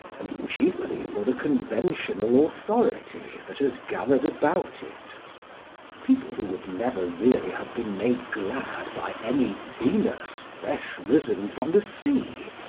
and chiefly for the conventional authority that has gathered about it people who would never really have been made glad by any venus fresh-risen from the sea,